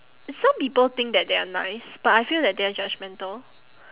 some people think that they are nice but I feel that they're judgmental